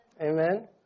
Amen